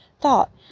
thought